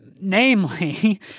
Namely